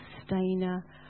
sustainer